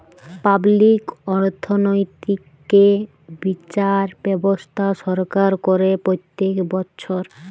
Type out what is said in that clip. public অর্থনৈতিক্যে বিচার ব্যবস্থা সরকার করে প্রত্যক বচ্ছর